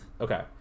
Okay